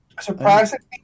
Surprisingly